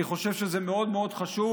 אני חושב שזה מאוד מאוד חשוב.